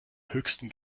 höchsten